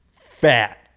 fat